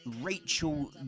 Rachel